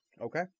Okay